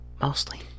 Mostly